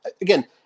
again